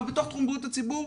ובתוך תחום בריאות הציבור